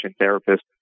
therapist